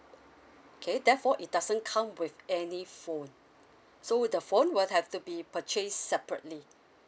okay therefore it doesn't come with any phone so the phone will have to be purchased separately